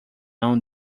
one